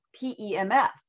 PEMF